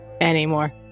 anymore